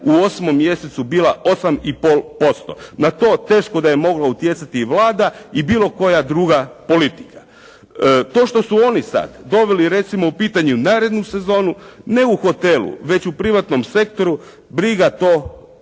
u 8. mjesecu bila 8,5%. Na to teško da je mogla utjecati i Vlada i bilo koja druga politika. To što su oni sad doveli recimo u pitanje narednu sezonu, ne u hotelu već u privatnom sektoru, briga to ili